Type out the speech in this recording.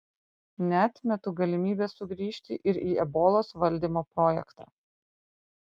neatmetu galimybės sugrįžti ir į ebolos valdymo projektą